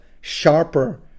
sharper